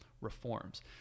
reforms